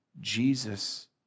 Jesus